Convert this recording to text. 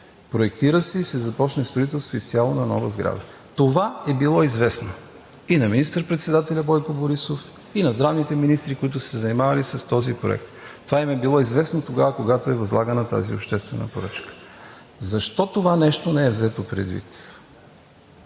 проектира се и се започне строителство изцяло на нова сграда. Това е било известно и на министър-председателя Бойко Борисов, и на здравните министри, които са се занимавали с този проект. Това им е било известно тогава, когато е възлагана тази обществена поръчка. Защо това нещо не е взето предвид?